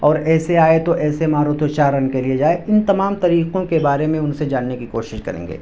اور ایسے آئے تو ایسے مارو تو چار رن کے لیے جائے ان تمام طریقوں کے بارے میں ان سے جاننے کی کوشش کریں گے